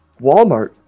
Walmart